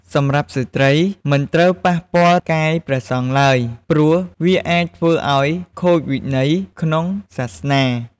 សម្រាប់ស្ត្រី មិនត្រូវប៉ះពាល់កាយព្រះសង្ឃឡើយ ព្រោះវាអាចធ្វើឲ្យខូចវិន័យក្នុងសាសនា។